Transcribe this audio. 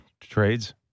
trades